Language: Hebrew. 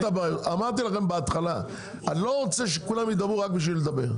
אמרתי לכם בהתחלה שאני לא רוצה שכולם ידברו רק בשביל לדבר.